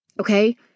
Okay